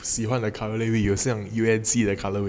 喜欢的 colourway 有像 unc 的 colourway